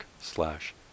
slash